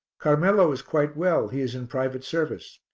carmelo is quite well he is in private service.